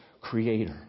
creator